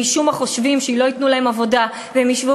משום מה חושבים שאם לא ייתנו להם עבודה והם ישבו